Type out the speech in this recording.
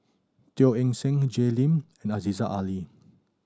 Teo Eng Seng Jay Lim and Aziza Ali